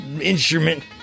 instrument